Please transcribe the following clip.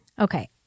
Okay